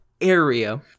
area